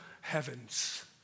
heavens